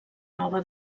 nova